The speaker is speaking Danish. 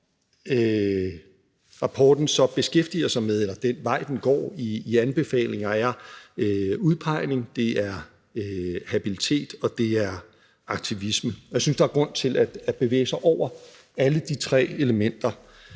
som rapporten så beskæftiger sig med – eller den vej, den går i anbefalinger – er udpegning, det er habilitet, og det er aktivisme. Jeg synes, der er grund til at bevæge sig over alle de tre elementer,